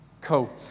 Cool